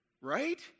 Right